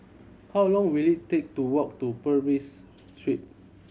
how long will it take to walk to Purvis Street